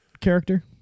character